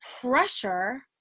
pressure